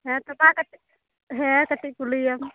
ᱦᱮᱸ ᱛᱚᱢᱟ ᱠᱟᱹᱴᱤᱡ ᱦᱮᱸ ᱠᱟᱹᱴᱤᱡ ᱠᱩᱞᱤᱭᱮᱢ